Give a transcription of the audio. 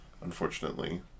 unfortunately